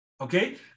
Okay